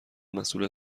مسئول